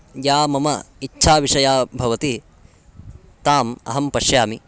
या मम इच्छा विषया भवति ताम् अहं पश्यामि